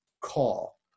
call